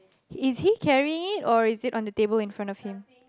is he carrying it or is it on the table infront of him